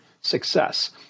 success